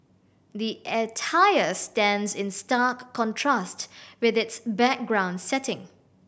the attire stands in stark contrast with its background setting